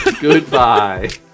Goodbye